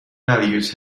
values